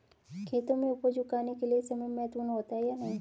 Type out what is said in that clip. खेतों में उपज उगाने के लिये समय महत्वपूर्ण होता है या नहीं?